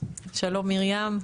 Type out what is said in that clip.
שלום מרים.